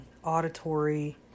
auditory